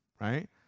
right